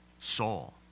soul